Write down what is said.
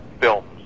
films